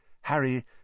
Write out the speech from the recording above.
Harry